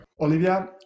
Olivia